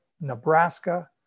Nebraska